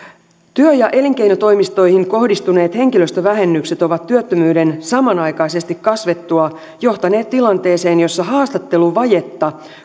työ ja elinkeinotoimistoihin kohdistuneet henkilöstövähennykset ovat työttömyyden samanaikaisesti kasvettua johtaneet tilanteeseen jossa haastatteluvajetta